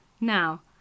Now